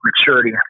maturity